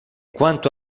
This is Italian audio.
quanto